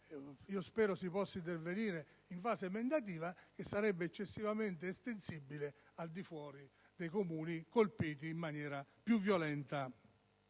spero si possa intervenire in fase emendativa - che sarebbe eccessivamente estensibile al di fuori dei Comuni colpiti in maniera più violenta